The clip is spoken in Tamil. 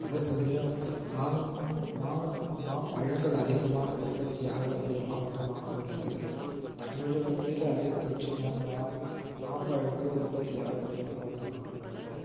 அதே சமயம் மாங் மா மாம்பழங்கள் அதிகமாக உற்பத்தி ஆகக்கூடிய மாவட்டமாக உள்ளது தமிழகத்தில் அதிகபட்சமான மாம் மாம்பழங்கள் உற்பத்தி ஆகக்கூடிய மாவட்டமாக உள்ளது